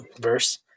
verse